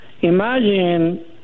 Imagine